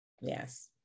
Yes